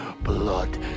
blood